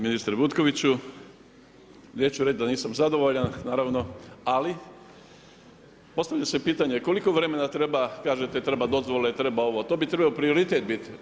Ministre Butkoviću, neću reći da nisam zadovoljan naravno, ali postavlja se pitanje koliko vremena treba, kažete treba dozvole, treba ovo, to bi trebao prioritet biti.